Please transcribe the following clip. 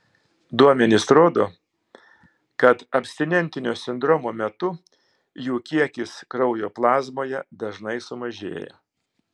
duomenys rodo kad abstinentinio sindromo metu jų kiekis kraujo plazmoje dažnai sumažėja